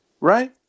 right